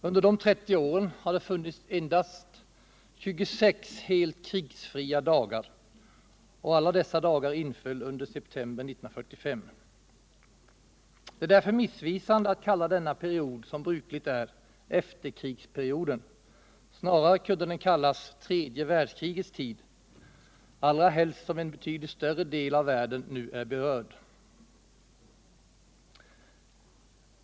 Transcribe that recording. Under de 30 åren har det funnits endast 26 helt krigsfria dagar — alla inföll under september 1945. Det är därför missvisande att, som brukligt är, kalla denna period efterkrigsperioden. Snarare kunde den kallas tredje världskrigets tid, allra helst som en betydligt större del av världen nu är berörd.